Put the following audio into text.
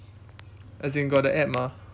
as in got the app mah